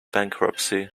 bankruptcy